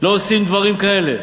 לא עושים דברים כאלה.